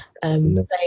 playing